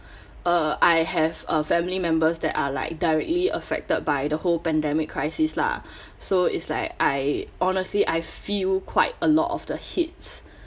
(uh)I have a family members that are like directly affected by the whole pandemic crisis lah so it's like I honestly I feel quite a lot of the hits